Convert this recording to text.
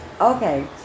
okay